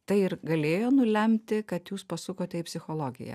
tai ir galėjo nulemti kad jūs pasukote psichologiją